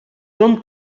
són